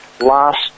Last